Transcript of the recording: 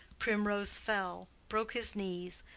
primrose fell, broke his knees,